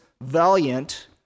valiant